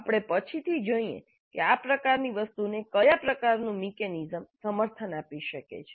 આપણે પછીથી જોઈએ કે આ પ્રકારની વસ્તુને કયા પ્રકારનું મિકેનિઝમ્સ સમર્થન આપી શકે છે